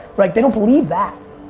right. they don't believe that.